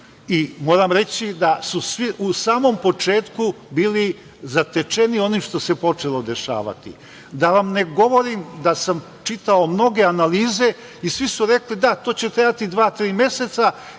i moram reći da su svi u samom početku bili zatečeni onim što se počelo dešavati. Da vam ne govorim da sam čitao mnoge analize i svi su rekli – da, to će trajati dva, tri meseca